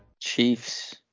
Chiefs